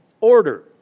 order